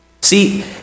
See